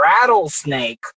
rattlesnake